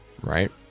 Right